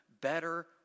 better